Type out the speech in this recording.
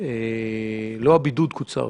היום הבדיקה הזאת קוצרה.